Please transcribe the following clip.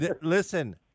Listen